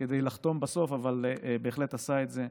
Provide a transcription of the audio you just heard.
כדי לחתום בסוף, אבל בהחלט עשה את זה,